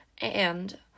and